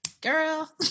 girl